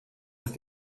ist